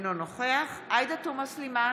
אינו נוכח עאידה תומא סלימאן,